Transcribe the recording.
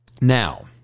Now